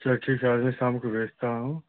चलो ठीक है आदमी शाम को भेजता हूँ